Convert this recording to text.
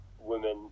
women